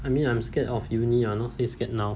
I mean I'm scared of university ah not say scared now